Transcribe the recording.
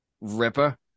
Ripper